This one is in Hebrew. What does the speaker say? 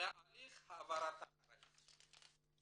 מהליך העברת האחריות.